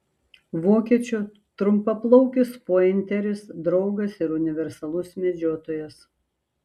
vokiečių trumpaplaukis pointeris draugas ir universalus medžiotojas